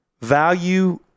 value